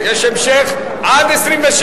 לשכת העיתונות